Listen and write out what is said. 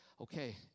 okay